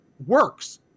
works